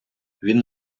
він